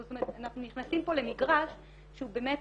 להחלטה שהתקבלה בזמנו בוועדה בטרם נכנסת כיושבת ראש,